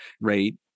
rate